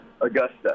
Augusta